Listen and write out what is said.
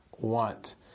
want